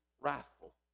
wrathful